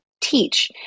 teach